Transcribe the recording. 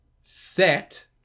set